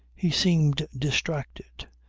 he seemed distracted,